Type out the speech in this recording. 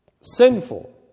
sinful